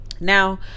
Now